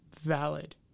valid